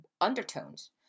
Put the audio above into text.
undertones